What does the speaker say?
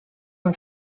are